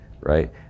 right